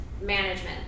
management